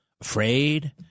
afraid